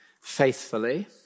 faithfully